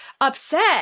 upset